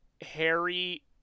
Harry